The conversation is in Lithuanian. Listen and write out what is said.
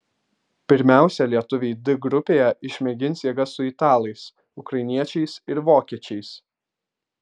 pirmiausia lietuviai d grupėje išmėgins jėgas su italais ukrainiečiais ir vokiečiais